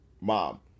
mom